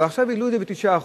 אבל עכשיו העלו את זה ב-9%.